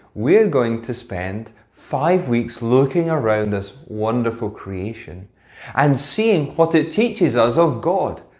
we're going to spend five weeks looking around this wonderful creation and seeing what it teaches us of god.